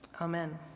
amen